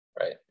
right